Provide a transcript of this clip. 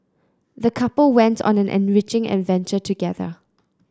the couple went on an enriching adventure together